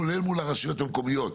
כולל מול הרשויות המקומיות,